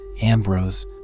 Ambrose